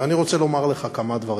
ואני רוצה לומר לך כמה דברים.